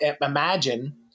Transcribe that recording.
imagine